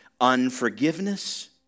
unforgiveness